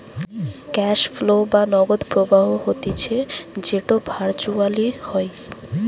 cash flow বা নগদ প্রবাহ হতিছে যেটো ভার্চুয়ালি হয়